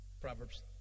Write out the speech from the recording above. Proverbs